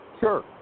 Sure